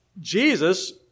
Jesus